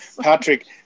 Patrick